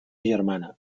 germana